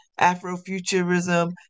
Afrofuturism